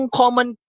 common